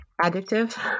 Adjective